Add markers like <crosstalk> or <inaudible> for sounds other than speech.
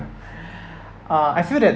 <breath> uh I feel that